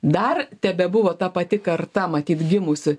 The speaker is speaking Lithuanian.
dar tebebuvo ta pati karta matyt gimusi